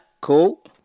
Cool